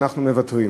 אנחנו מוותרים.